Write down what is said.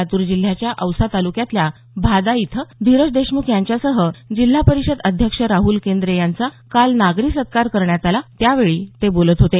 लातूर जिल्ह्याच्या औसा तालुक्यातल्या भादा इथं धिरज देशमुख यांच्यासह जिल्हा परिषद अध्यक्ष राहूल केंद्रे यांचा काल नागरी सत्कार करण्यात आला त्यावेळी ते बोलत होते